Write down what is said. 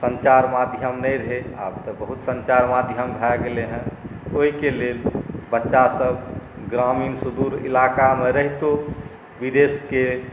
सञ्चार माध्यम नहि रहै आब तऽ बहुत सञ्चार माध्यम भए गेलै हेँ ओहिके लेल बच्चासभ ग्रामीण सुदूर इलाकामे रहितो विदेशके